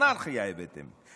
אנרכיה הבאתם,